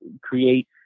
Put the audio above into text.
create